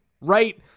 right